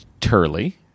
Turley